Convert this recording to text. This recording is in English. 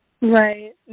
Right